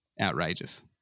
outrageous